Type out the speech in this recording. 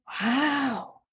wow